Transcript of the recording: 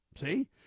See